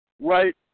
right